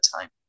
time